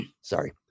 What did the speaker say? Sorry